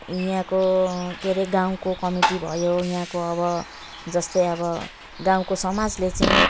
यहाँको के अरे गाउँको कमिटी भयो यहाँको अब जस्तै अब गाउँको समाजले चाहिँ